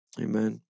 Amen